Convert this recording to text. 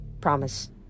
Promise